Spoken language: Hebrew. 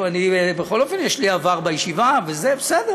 טוב, אני, בכל אופן יש לי עבר בישיבה, בסדר.